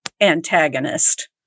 antagonist